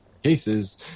Cases